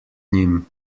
njim